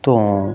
ਤੋਂ